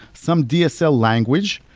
some dsl language.